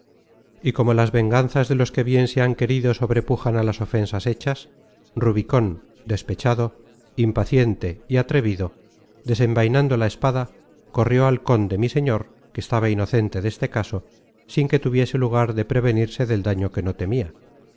y como las venganzas de los que bien se han querido sobrepujan á las ofensas hechas rubicón despechado impaciente y atrevido desenvainando la espada corrió al conde mi señor que estaba inocente deste caso sin que tuviese lugar de prevenirse del daño que no temia